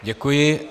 Děkuji.